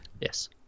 Yes